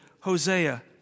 Hosea